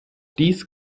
dies